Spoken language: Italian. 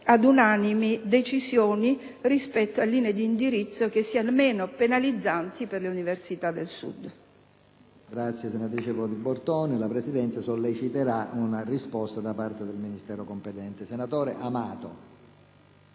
ad unanimi decisioni rispetto a linee d'indirizzo meno penalizzanti per le università del Sud.